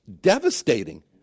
Devastating